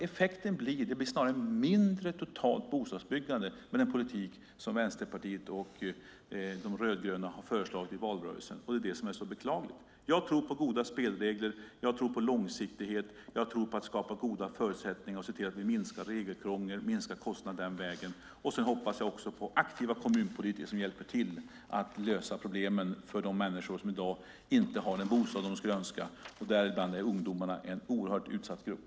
Effekten blir att det snarare blir ett mindre totalt bostadsbyggande med den politik som Vänsterpartiet och de rödgröna har föreslagit i valrörelsen. Det är det som är så beklagligt. Jag tror på goda spelregler. Jag tror på långsiktighet. Jag tror på att skapa goda förutsättningar och på att se till att minska regelkrångel och minska kostnader den vägen. Sedan hoppas jag också på aktiva kommunpolitiker som hjälper till att lösa problemen för de människor som i dag inte har den bostad som de skulle önska. Däribland är ungdomarna en oerhört utsatt grupp.